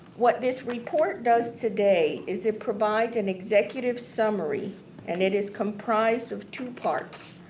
what this report does today is it provides an executive summary and it is comprised of two parts,